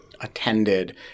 attended